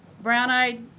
brown-eyed